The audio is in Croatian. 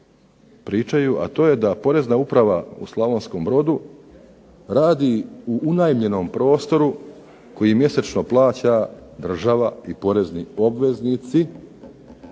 pričaju a to je da POrezna uprava u Slavonskom Brodu radi u unajmljenom prostoru koji mjesečno plaća država i porezni obveznici,